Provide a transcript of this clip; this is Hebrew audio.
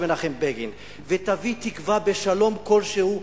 מנחם בגין ותביא תקווה בשלום כלשהו.